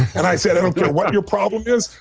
and i said, i don't care what your problem is,